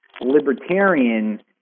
libertarian